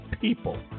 People